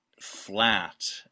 flat